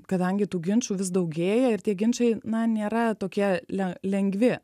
kadangi tų ginčų vis daugėja ir tie ginčai na nėra tokie lengvi